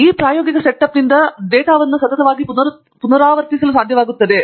ಆ ಪ್ರಾಯೋಗಿಕ ಸೆಟಪ್ ವಾಸ್ತವವಾಗಿ ಕೆಲವು ಡೇಟಾವನ್ನು ಸತತವಾಗಿ ಪುನರಾವರ್ತಿಸಲು ಸಾಧ್ಯವಾಗುತ್ತದೆ